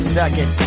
second